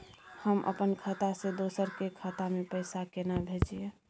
हम अपन खाता से दोसर के खाता में पैसा केना भेजिए?